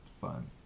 fun